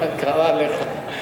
מה קרה לך?